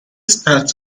start